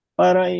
para